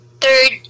Third